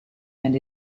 and